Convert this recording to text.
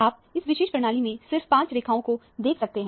आप इस विशेष प्रणाली में सिर्फ पांच रेखाओं को देख सकते हैं